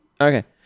Okay